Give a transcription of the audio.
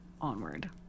onward